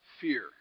fear